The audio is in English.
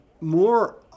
more